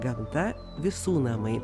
gamta visų namai